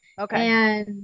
Okay